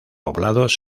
poblados